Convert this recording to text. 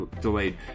delayed